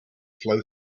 flow